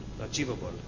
achievable